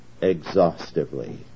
exhaustively